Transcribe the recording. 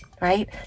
right